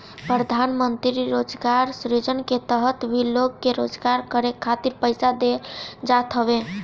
प्रधानमंत्री रोजगार सृजन के तहत भी लोग के रोजगार करे खातिर पईसा देहल जात हवे